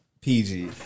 PG